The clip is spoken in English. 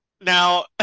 Now